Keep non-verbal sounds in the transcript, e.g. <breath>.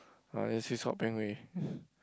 uh and then this is called Ping Wei <breath>